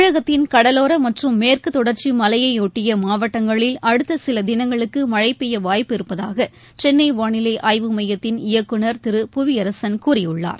தமிழகத்தின் கடலோர மற்றும் மேற்கு தொடர்ச்சி மலையயொட்டிய மாவட்டங்களில் அடுத்த சில தினங்களுக்கு மழை பெய்ய வாய்ப்பு இருப்பதாக சென்னை வானிலை ஆய்வு மையத்தின் இயக்குநர் திரு புவியரசன் கூறியுள்ளார்